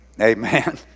Amen